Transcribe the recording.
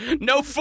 No